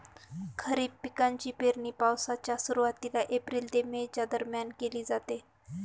खरीप पिकांची पेरणी पावसाच्या सुरुवातीला एप्रिल ते मे च्या दरम्यान केली जाते